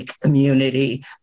Community